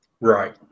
Right